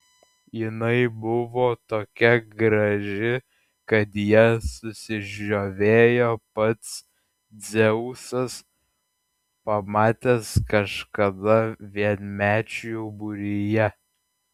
jinai buvo tokia graži kad ja susižavėjo pats dzeusas pamatęs kažkada vienmečių būryje